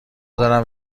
دارم